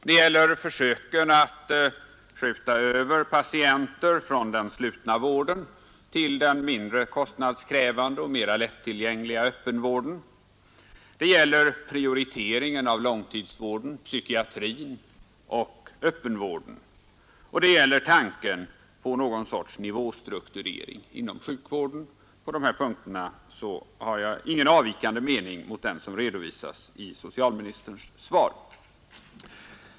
Det gäller försöken att skjuta över patienter från den slutna vården till den mindre kostnadskrävande och mera lättillgängliga öppenvården. Det gäller prioriteringen av langtidsvården. psykiatrin och öppenvarden. Och det gäller tanken på någon sorts nivastrukturering inom sjukvärden. På de här punkterna har jag ingen avvikande mening mot den som redovisas i sSosalminmsterns svar.